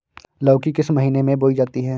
लौकी किस महीने में बोई जाती है?